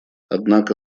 однако